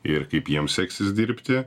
ir kaip jiem seksis dirbti